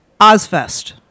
Ozfest